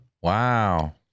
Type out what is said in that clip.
Wow